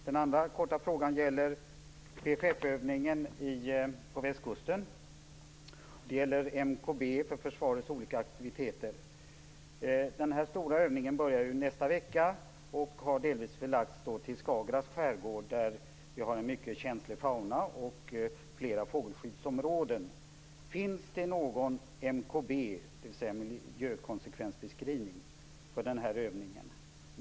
Den andra frågan gäller PFF-övningen på västkusten och miljökonsekvensbeskrivningen för försvarets olika aktiviteter. Den stora övningen börjar nästa vecka och har delvis förlagts till Skagerraks skärgård, där vi har en mycket känslig fauna och flera fågelskyddsområden. Finns det någon MKB för den här övningen?